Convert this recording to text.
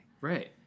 Right